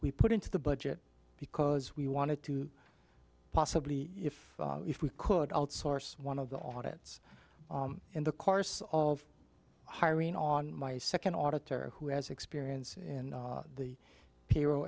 we put into the budget because we wanted to possibly if if we could outsource one of the audience in the course of hiring on my second auditor who has experience in the